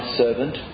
servant